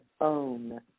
own